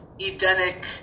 Edenic